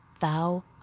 thou